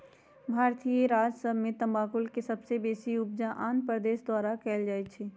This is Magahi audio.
भारतीय राज्य सभ में तमाकुल के सबसे बेशी उपजा आंध्र प्रदेश द्वारा कएल जाइ छइ